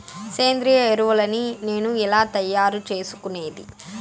సేంద్రియ ఎరువులని నేను ఎలా తయారు చేసుకునేది?